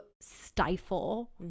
stifle